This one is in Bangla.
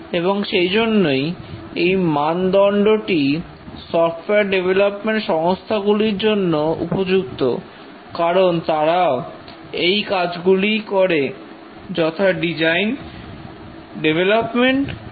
এবং সেই জন্যই এই মানদন্ডটি সফটওয়্যার ডেভেলপমেন্ট সংস্থাগুলির জন্য উপযুক্ত কারণ তারাও এই কাজগুলিই করে যথা ডিজাইন ডেভলপমেন্ট টেস্ট এবং সার্ভিস